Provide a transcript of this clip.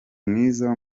mwiza